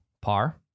par